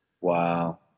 Wow